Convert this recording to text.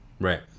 right